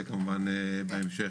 וכמובן בהמשך,